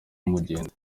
umugenzi